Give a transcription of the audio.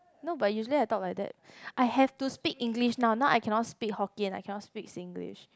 no but usually I talk like that I have to speak English now now I cannot speak Hokkien I cannot speak Singlish